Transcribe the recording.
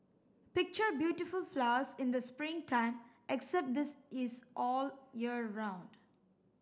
picture beautiful flowers in the spring time except this is all year round